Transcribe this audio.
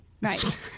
Right